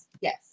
Yes